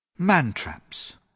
Man-traps